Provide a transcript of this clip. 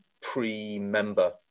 pre-member